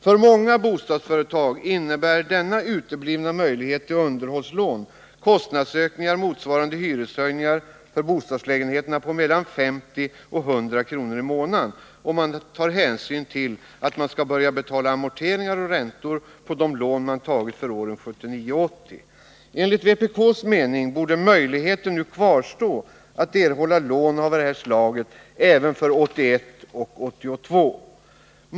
För många bostadsföretag innebär en utebliven möjlighet till underhållslån kostnadsökningar motsvarande hyreshöjningar för bostadslägenheterna på mellan 50 och 100 kr. per månad, om man tar hänsyn till att de skall börja betala amorteringar och räntor på de lån de tagit för åren 1979 och 1980. Enligt vpk:s mening borde möjligheten kvarstå att erhålla lån av detta slag även för 1981 och 1982.